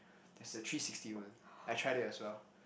there's the three sixty [one] I tried it as well